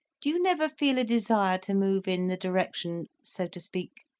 do you never feel a desire to move in the direction, so to speak,